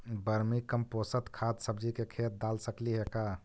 Vermi compost खाद सब्जी के खेत दाल सकली हे का?